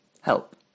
Help